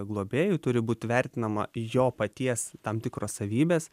globėju turi būt vertinama jo paties tam tikros savybės